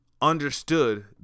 understood